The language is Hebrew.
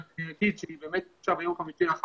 אני רק אגיד שהיא באמת הוגשה ביום חמישי האחרון,